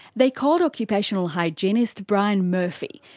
they called occupational hygienist brian murphy,